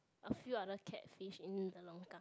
a few other catfish in the longkang